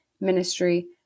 ministry